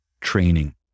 training